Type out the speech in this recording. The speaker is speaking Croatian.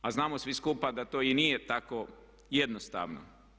A znamo svi skupa da to i nije tako jednostavno.